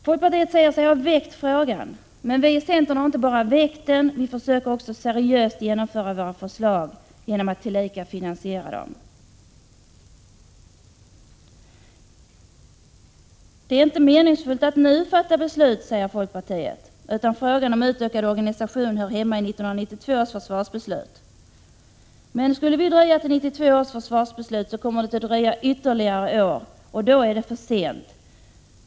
Folkpartiet säger sig ha väckt frågan. Men vi i centerpartiet har inte bara väckt den, utan vi försöker seriöst genomföra våra förslag genom att tillika — Prot. 1986/87:133 finansiera dem. 1 juni 1987 Det är inte meningsfullt att nu fatta beslut, säger folkpartiet, utan frågan om utökad organisation hör hemma i 1992 års försvarsbeslut. Men skulle vi vänta med beslut i frågan till 1992, kommer ett förverkligande att dröja ytterligare några år, och då är det för sent.